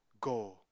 go